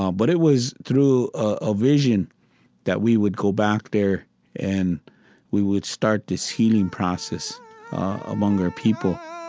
um but it was through a vision that we would go back there and we would start this healing process among our people